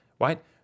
right